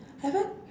have I